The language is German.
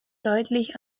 deutlich